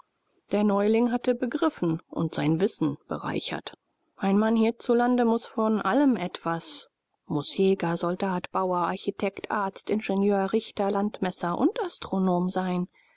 der neuling hatte begriffen und sein wissen bereichert ein mann hierzulande muß von allem etwas muß jäger soldat bauer architekt arzt ingenieur richter landmesser und astronom sein